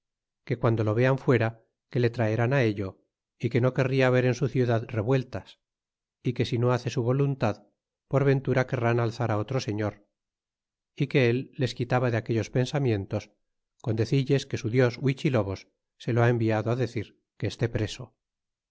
que piando lo vean fuera que le atraerán ello que no querria ver en su ciudad revueltas y que si no hace su voluntad por ventura querrán alzar otro señor y que él les quitaba de aquellos pensamientos con decilles que su dios huichilobos se lo ha enviado decir que esté preso